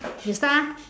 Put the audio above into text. you start ah